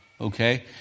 Okay